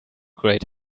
great